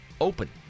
open